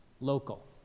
Local